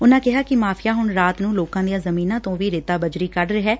ਉਨੂਾ ਕਿਹਾ ਕਿ ਮਾਫ਼ੀਆ ਹੁਣ ਰਾਤ ਨੂੰ ਲੋਕਾਂ ਦੀਆਂ ਜ਼ਮੀਨਾਂ ਤੋਂ ਵੀ ਰੇਤਾ ਬਜਰੀ ਕੱਢ ਰਿਹੈ